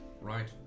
Right